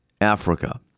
Africa